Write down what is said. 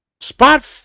spot